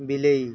ବିଲେଇ